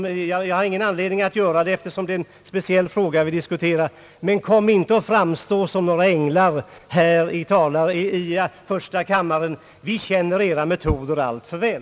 Men jag har ingen anledning att göra det, eftersom det är en speciell fråga vi nu diskuterar. Men försök inte att framstå såsom några änglar här i första kammaren — vi känner till era metoder alltför väl!